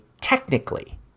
technically